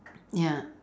ya